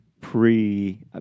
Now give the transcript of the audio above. Pre